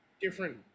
different